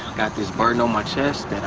got this burden on my chest